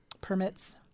permits